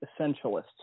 essentialists